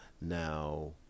Now